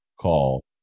call